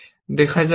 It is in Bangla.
দেখা যাক কি হয়